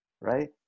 right